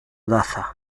dada